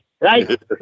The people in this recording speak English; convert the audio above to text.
right